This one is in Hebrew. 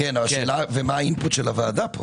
השאלה מה האינפוט של הוועדה פה.